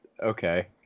okay